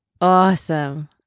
Awesome